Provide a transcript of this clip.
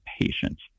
patience